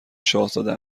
شاهزاده